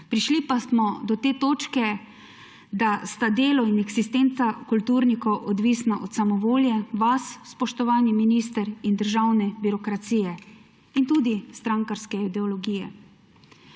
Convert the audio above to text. Prišli pa smo do te točke, da sta delo in eksistenca kulturnikov odvisna od samovolje vas, spoštovani minister, državne birokracije in tudi strankarske ideologije.